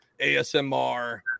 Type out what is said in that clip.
ASMR